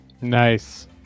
Nice